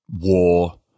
War